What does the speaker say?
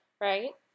right